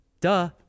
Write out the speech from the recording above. Duh